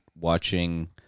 watching